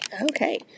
Okay